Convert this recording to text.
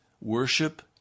Worship